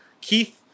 keith